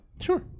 Sure